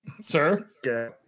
Sir